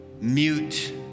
mute